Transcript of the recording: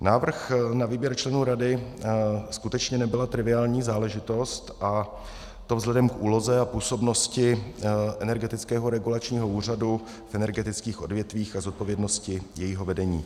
Návrh na výběr členů rady skutečně nebyla triviální záležitost, a to vzhledem k úloze a působnosti Energetického regulačního úřadu v energetických odvětvích a zodpovědnosti jejího vedení.